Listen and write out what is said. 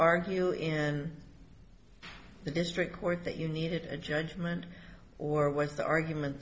argue in the district court that you needed a judgment or was the argument